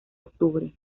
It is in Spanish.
octubre